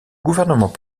gouvernement